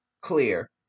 clear